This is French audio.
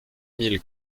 mille